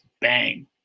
bang